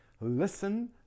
listen